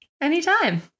anytime